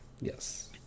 yes